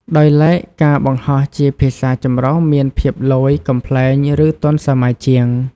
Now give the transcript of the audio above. ដោយឡែក ការបង្ហោះជាភាសាចម្រុះមានភាពឡូយ កំប្លែង ឬ ទាន់សម័យជាង។